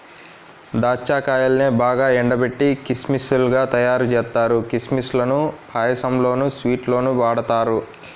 దాచ్చా కాయల్నే బాగా ఎండబెట్టి కిస్మిస్ లుగా తయ్యారుజేత్తారు, కిస్మిస్ లను పాయసంలోనూ, స్వీట్స్ లోనూ వాడతారు